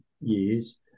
years